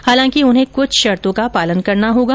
हालांकि उन्हें कृष्ठ शर्तो का पालन करना होगा